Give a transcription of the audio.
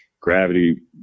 gravity